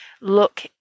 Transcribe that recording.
look